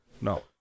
No